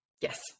Yes